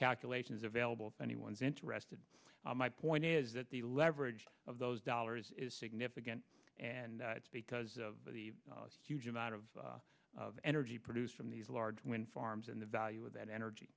calculations available if anyone's interested my point is that the leverage of those dollars is significant and it's because of the huge amount of energy produced from these large wind farms and the value of that energy